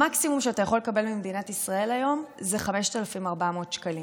המקסימום שאתה יכול לקבל ממדינת ישראל היום זה 5,400 שקלים.